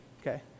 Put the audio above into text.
okay